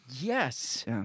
Yes